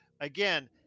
again